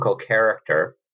character